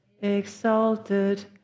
exalted